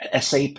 SAP